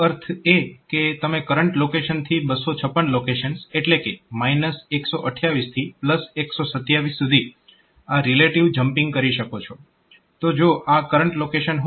તેનો અર્થ એ કે તમે કરંટ લોકેશનથી 256 લોકેશન્સ એટલે કે 128 થી 127 સુધી આ રિલેટીવ જમ્પિંગ કરી શકો છો